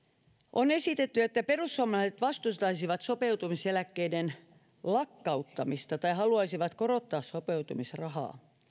on esitetty että perussuomalaiset vastustaisivat sopeutumiseläkkeiden lakkauttamista tai haluaisivat korottaa sopeutumisrahaa